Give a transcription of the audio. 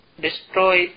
destroy